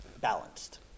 balanced